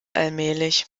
allmählich